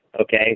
okay